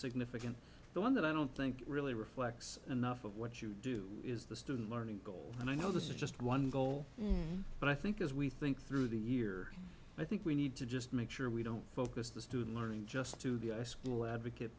significant the one that i don't think it really reflects enough of what you do is the student learning goal and i know this is just one goal but i think as we think through the year i think we need to just make sure we don't focus the student learning just to the i school advocate